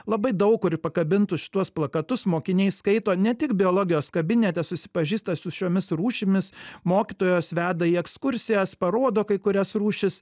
labai daug kur pakabintus šituos plakatus mokiniai skaito ne tik biologijos kabinete susipažįsta su šiomis rūšimis mokytojos veda į ekskursijas parodo kai kurias rūšis